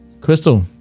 Crystal